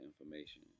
information